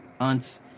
aunts